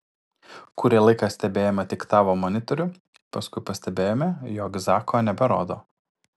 kurį laiką stebėjome tik tavo monitorių paskui pastebėjome jog zako neberodo